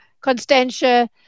Constantia